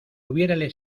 hubiérale